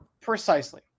precisely